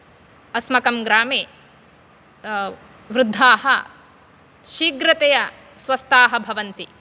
अस्माकं ग्रामे वृद्धाः शीघ्रतया स्वस्थाः भवन्ति